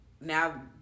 now